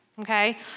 Okay